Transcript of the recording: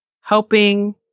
helping